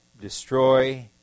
destroy